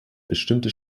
bestimmte